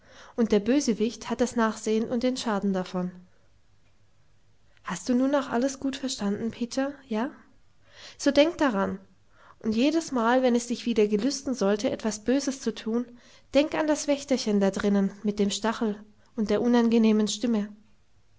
und der bösewicht hat das nachsehen und den schaden davon hast du nun auch alles gut verstanden peter ja so denk daran und jedesmal wenn es dich wieder gelüsten sollte etwas böses zu tun denk an das wächterchen da drinnen mit dem stachel und der unangenehmen stimme